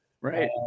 Right